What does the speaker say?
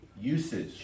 usage